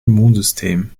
immunsystem